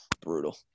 brutal